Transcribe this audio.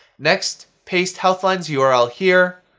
next, paste health line's yeah url here.